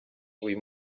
uyu